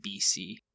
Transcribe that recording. BC